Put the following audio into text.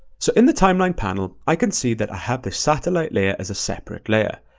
so in the timeline panel, i can see that i have this satellite layer as a separate layer,